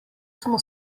smo